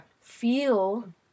Feel